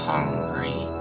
Hungry